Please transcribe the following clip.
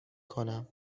کنم